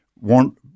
want